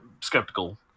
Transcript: skeptical